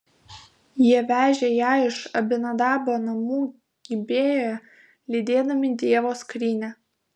jie vežė ją iš abinadabo namų gibėjoje lydėdami dievo skrynią